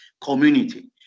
community